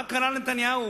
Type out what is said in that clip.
מה קרה לנתניהו?